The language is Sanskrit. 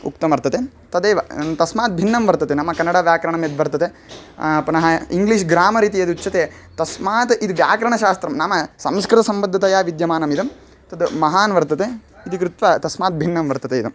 उक्तं वर्तते तदेव तस्मात् भिन्नं वर्तते नाम कन्नडव्याकरणं यद्वर्तते पुनः इङ्ग्लिश् ग्रामर् इति यद् उच्यते तस्मात् इदं व्याकरणशास्त्रं नाम संस्कृतसम्बद्धतया विद्यमानम् इदं तद् महान् वर्तते इति कृत्वा तस्मात् भिन्नं वर्तते इदं